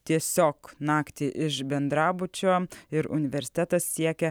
tiesiog naktį iš bendrabučio ir universitetas siekia